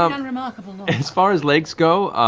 um and matt as far as lakes go,